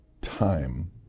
time